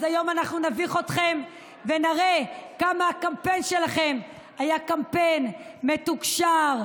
אז היום אנחנו נביך אתכם ונראה כמה הקמפיין שלכם היה קמפיין מתוקשר,